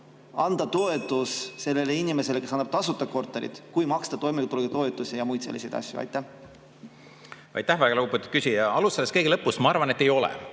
anda toetust sellele inimesele, kes annab tasuta korteri, kui maksta toimetulekutoetusi ja muid selliseid asju? Aitäh, väga lugupeetud küsija! Alustades kõige lõpust: ma arvan, et ei ole.